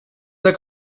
der